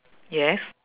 yes